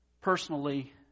personally